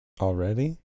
Already